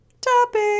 topic